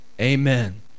amen